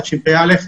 תשפ"א,